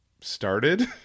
started